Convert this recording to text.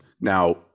now